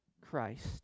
Christ